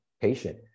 patient